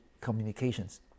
communications